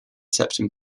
septum